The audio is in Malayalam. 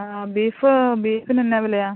ആ ബീഫ് ബീഫിനെന്നാ വിലയാണ്